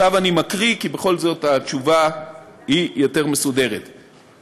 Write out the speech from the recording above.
עכשיו אני מקריא, כי בכל זאת, התשובה מסודרת יותר: